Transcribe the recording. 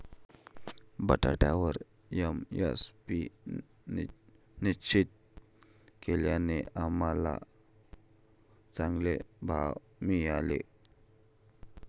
बटाट्यावर एम.एस.पी निश्चित केल्याने आम्हाला चांगले भाव मिळाले